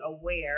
aware